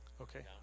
Okay